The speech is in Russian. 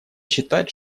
считать